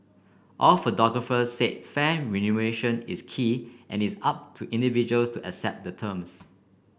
all photographers said fair remuneration is key and it is up to individuals to accept the terms